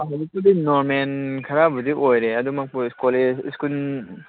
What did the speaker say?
ꯍꯧꯖꯤꯛꯄꯨꯗꯤ ꯅꯣꯔꯃꯦꯜ ꯈꯔꯕꯨꯗꯤ ꯑꯣꯏꯔꯦ ꯑꯗꯨꯃꯛꯄꯨ ꯁ꯭ꯀꯨꯜ